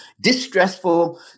distressful